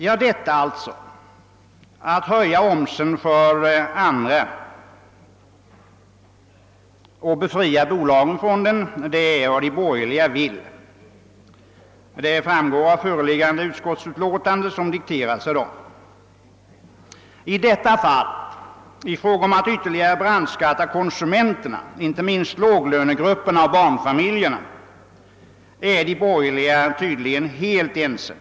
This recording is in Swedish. Vad de borgerliga vill är att befria bolagen från omsen och att höja denna för andra. Detta framgår av förevarande utskottsutlåtande, som dikterats av dem. I detta fall, d.v.s. när det gäller att ytterligare brandskatta konsumenterna, inte minst låglönegrupperna och barnfamiljerna, är de borgerliga tydligen helt ense.